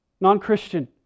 Non-Christian